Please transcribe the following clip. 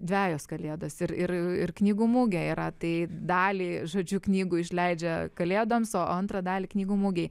dvejos kalėdos ir ir ir knygų mugė yra tai dalį žodžiu knygų išleidžia kalėdoms o antrą dalį knygų mugei